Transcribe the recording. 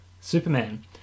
Superman